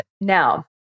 Now